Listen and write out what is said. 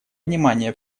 внимание